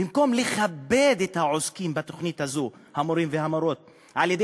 במקום לכבד את המורים והמורות העוסקים